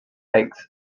takes